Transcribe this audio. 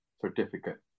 certificate